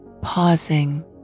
pausing